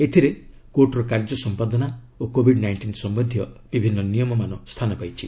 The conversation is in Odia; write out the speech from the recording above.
ଏଥିରେ କୋର୍ଟର କାର୍ଯ୍ୟ ସମ୍ପାଦନା ଓ କୋବିଡ୍ ନାଇଣ୍ଟିନ୍ ସମ୍ବନୀୟ ବିଭିନ୍ନ ନିୟମ ସ୍ଥାନ ପାଇଛି